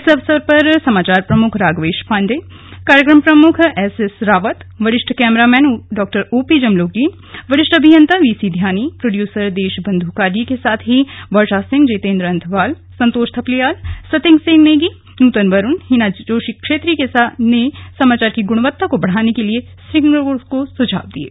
इस अवसर पर समाचार प्रमुख राघवेश पांडेय कार्यक्रम प्रमुख एसएस रावत वरिष्ठ कैमरामैन डॉ ओपी जमलोकी वरिष्ठ अभियंता वीसी ध्यानी प्रोड्यूसर देशबंधु कार्य्यी के साथ ही वर्षा सिंह जितेंद्र अंथवाल संतोष थपलियाल सते सिंह नेगी नूतन वरुण हिना जोशी क्षेत्री ने समाचार की गुणवत्ता को बढ़ाने के लिए स्ट्रिंगरों को सुझाव दिये